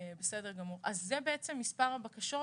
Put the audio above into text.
זה בעצם מספר הבקשות.